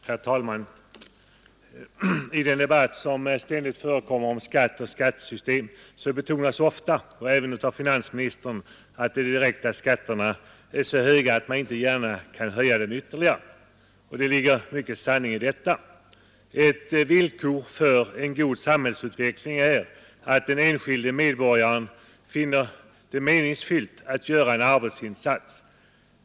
Herr talman! I den debatt som ständigt förekommer om skatt och skattesystem betonas ofta, även av finansministern, att de direkta skatterna är så höga att man inte gärna kan höja dem ytterligare. Och det ligger mycken sanning i detta. Ett villkor för en god samhällsutveckling är att den enskilde medborgaren finner det meningsfyllt att göra en arbetsinsats.